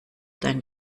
deinen